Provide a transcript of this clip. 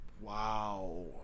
wow